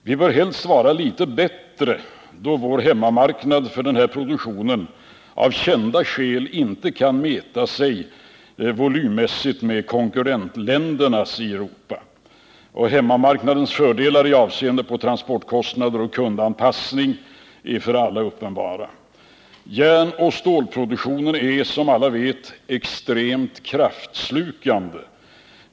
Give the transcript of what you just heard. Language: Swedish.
Vi bör helst vara litet bättre, då vår hemmamarknad för denna produktion av kända skäl inte kan mäta sig volymmässigt med konkurrentländernas hemmamarknader i Europa. Hemmamarknadens fördelar med avseende på transportkostnader och kundanpassningär för alla uppenbara. Järnoch stålproduktionen är, som alla vet, extremt kraftslukande.